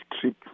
trip